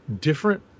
different